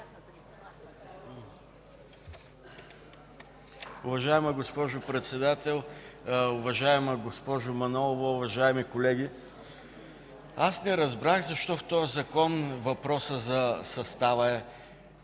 Уважаема госпожо Председател, уважаема госпожо Манолова, уважаеми колеги! Аз не разбрах защо в този закон въпросът за състава е